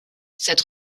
cette